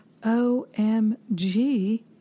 OMG